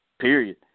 Period